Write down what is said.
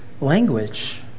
language